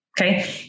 okay